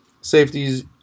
safeties